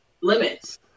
limits